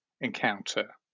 encounter